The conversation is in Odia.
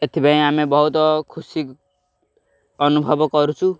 ଏଥିପାଇଁ ଆମେ ବହୁତ ଖୁସି ଅନୁଭବ କରୁଛୁ